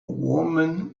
woman